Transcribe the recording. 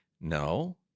No